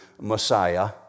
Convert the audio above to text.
Messiah